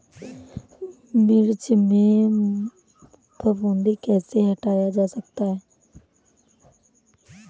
मिर्च में फफूंदी कैसे हटाया जा सकता है?